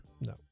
No